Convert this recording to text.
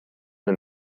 den